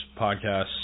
podcasts